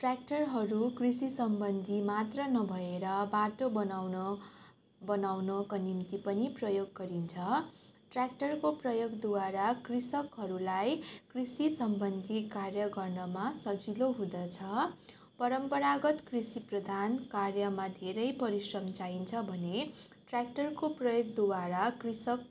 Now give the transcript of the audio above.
ट्य्राक्टरहरू कृषिसम्बन्धी मात्र नभएर बाटो बनाउन बनाउनको निम्ति पनि प्रयोग गरिन्छ ट्य्राक्टरको प्रयोगदद्वारा कृषकहरूलाई कृषिसम्बन्धी कार्य गर्नमा सजिलो हुँदछ परम्परागत कृषिप्रधान कार्यमा धेरै परिश्रम चाहिन्छ भने ट्य्राक्टरको प्रयोगद्वारा कृषक